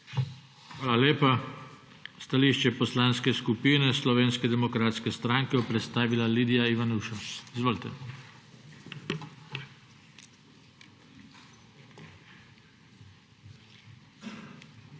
Hvala lepa. Stališče Poslanske skupine Slovenske demokratske stranke bo predstavila Lidija Ivanuša. Izvolite. **LIDIJA